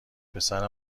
پسر